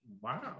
Wow